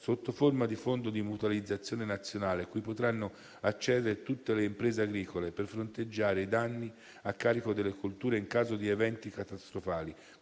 sotto forma di fondo di mutualizzazione nazionale, cui potranno accedere tutte le imprese agricole per fronteggiare i danni a carico delle colture in caso di eventi catastrofali